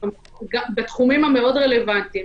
בתחומים המאוד רלוונטיים.